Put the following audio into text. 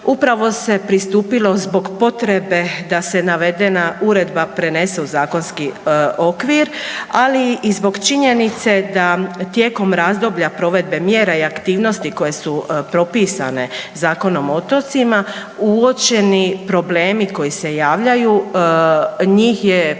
upravo se pristupilo zbog potrebe da se navedena uredba prenese u zakonski okvir, ali i zbog činjenice da tijekom razdoblje mjera i aktivnosti koje su propisane Zakonom o otocima uočeni problemi koji se javljaju njih je potrebno